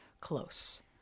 close